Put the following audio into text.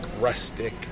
rustic